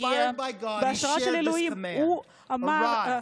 בהשראה אלוהית הוא אמר: